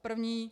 První.